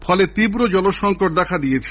ফলে তীব্র জলসঙ্কট দেখা দিয়েছে